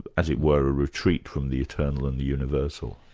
as it were, a retreat from the eternal and the universal.